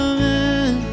Amen